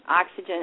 Oxygen